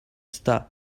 star